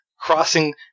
crossing